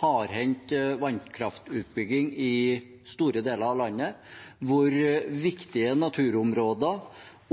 hardhendt vannkraftutbygging i store deler av landet, hvor viktige naturområder